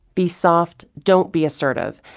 be soft, don't be assertive,